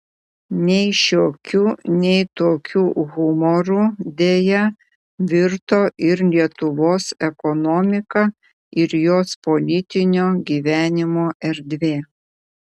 nei šiokiu nei tokiu humoru deja virto ir lietuvos ekonomika ir jos politinio gyvenimo erdvė